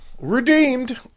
Redeemed